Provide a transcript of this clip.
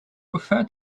prefer